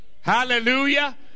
Hallelujah